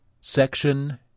Section